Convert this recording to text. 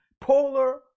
polar